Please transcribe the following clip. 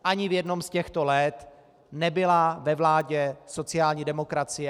Ani v jednom z těchto let nebyla ve vládě sociální demokracie.